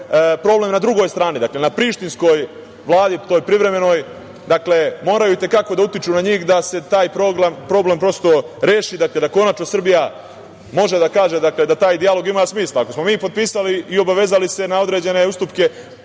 problem na drugoj strani. Dakle, na prištinskoj vladi, toj privremenoj moraju itekako da utiču na njih da se taj problem reši, da konačno Srbija može da kaže da taj dijalog ima smisla. Ako smo mi potpisali i obavezali se na određene ustupke,